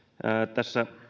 tässä